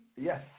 Yes